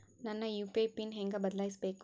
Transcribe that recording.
ನನ್ನ UPI PIN ಹೆಂಗ್ ಬದ್ಲಾಯಿಸ್ಬೇಕು?